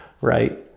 right